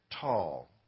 tall